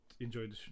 Enjoyed